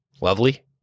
lovely